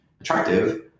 attractive